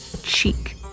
cheek